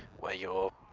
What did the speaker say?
where you're.